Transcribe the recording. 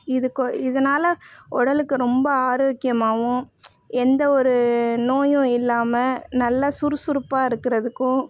இதுக்கு ஒ இதனால் உடலுக்கு ரொம்ப ஆரோக்கியமாகவும் எந்த ஒரு நோயும் இல்லாமல் நல்ல சுறுசுறுப்பாக இருக்கிறதுக்கும்